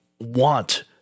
want